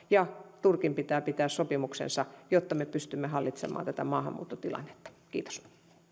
ja turkin pitää pitää sopimuksensa jotta me pystymme hallitsemaan tätä maahanmuuttotilannetta kiitos